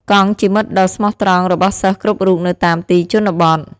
កង់ជាមិត្តដ៏ស្មោះត្រង់របស់សិស្សគ្រប់រូបនៅតាមទីជនបទ។